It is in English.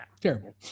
terrible